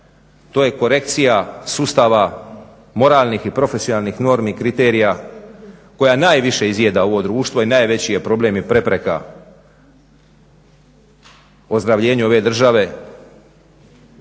to je korekcija sustava moralnih i profesionalnih normi i kriterija koja najviše izjeda ovo društvo i najveći je problem i prepreka ozdravljenju ove države